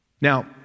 Now